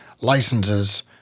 licenses